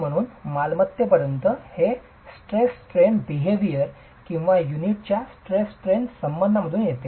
म्हणून मालमत्तेपर्यंत हे थेट स्ट्रेस स्ट्रेन वर्तन किंवा वीट युनिटच्या स्ट्रेस स्ट्रेन संबंधातून येते